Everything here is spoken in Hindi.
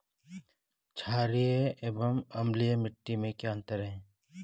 छारीय एवं अम्लीय मिट्टी में क्या अंतर है?